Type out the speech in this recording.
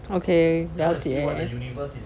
okay 了解